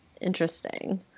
Interesting